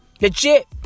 Legit